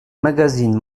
magazine